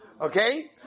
okay